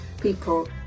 people